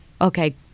okay